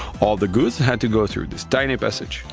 all the goods had to go through this tiny passage,